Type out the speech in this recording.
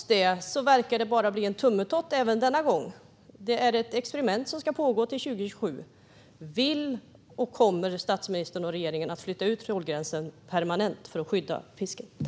Men det tycks även denna gång bara bli en tummetott i form av ett experiment som ska pågå till 2027. Kommer statsministern och regeringen att flytta ut trålgränsen permanent för att skydda fisket?